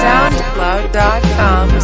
Soundcloud.com